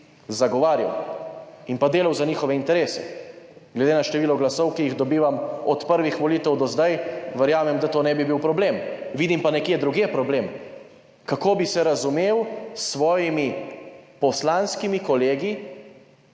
zagovarjal in pa delal za njihove interese. Glede na število glasov, ki jih dobivam od prvih volitev do zdaj, verjamem, da to ne bi bil problem. Vidim pa nekje drugje problem: kako bi se razumel s svojimi poslanskimi kolegi,